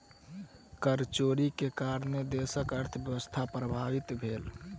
कर चोरी के कारणेँ देशक अर्थव्यवस्था प्रभावित भेल